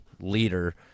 leader